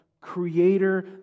creator